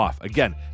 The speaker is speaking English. Again